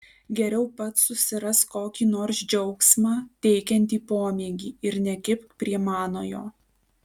geriau pats susirask kokį nors džiaugsmą teikiantį pomėgį ir nekibk prie manojo